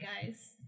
guys